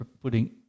putting